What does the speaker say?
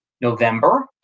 November